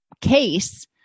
case